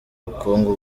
ubukungu